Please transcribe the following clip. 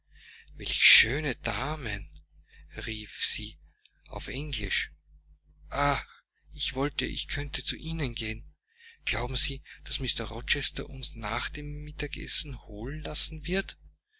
welche schönen damen rief sie auf englisch ach ich wollte ich könnte zu ihnen gehen glauben sie daß mr rochester uns nach dem mittagessen holen lassen wird